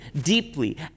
deeply